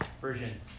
Version